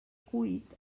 cuit